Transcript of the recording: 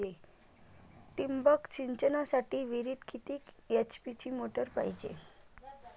ठिबक सिंचनासाठी विहिरीत किती एच.पी ची मोटार पायजे?